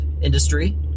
industry